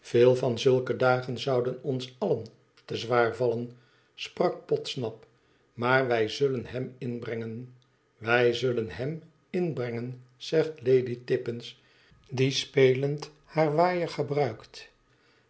veel van zulke dagen zouden ons allen te zwaar vallen sprak podsnap maar wij zullen hem er mbrengen wij zullen hem er inbrengen zegt lady tippins die spelend haar groenen waaier gebruikt